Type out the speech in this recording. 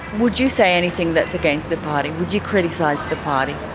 would you say anything that's against the party? would you criticise the party?